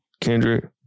Kendrick